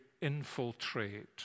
infiltrate